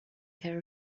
care